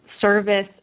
service